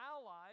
allies